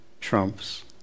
trumps